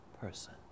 person